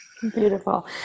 Beautiful